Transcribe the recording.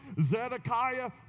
zedekiah